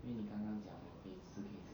因为你刚刚讲我可以可以吃